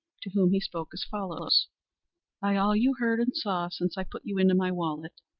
to whom he spoke as follows by all you heard and saw since i put you into my wallet,